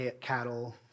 cattle